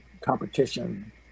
competition